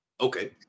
Okay